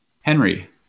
Henry